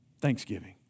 Thanksgiving